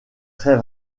très